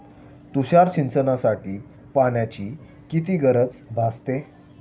तुषार सिंचनासाठी पाण्याची किती गरज भासते?